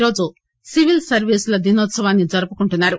ఈరోజు సివిల్ సర్వీసుల దినోత్సవాన్ని జరుపుకుంటున్నారు